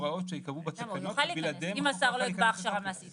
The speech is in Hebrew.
לו עצמאות אבל הם כן צריכים לעבוד לפי פרוטוקולים